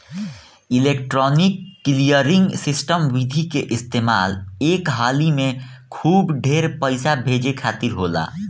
electronic clearing system विधि के इस्तेमाल एक हाली में खूब ढेर पईसा भेजे खातिर होला